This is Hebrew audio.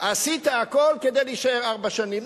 עשית הכול כדי להישאר ארבע שנים.